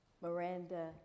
Miranda